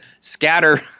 scatter